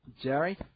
Jerry